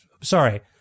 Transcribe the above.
sorry